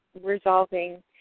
resolving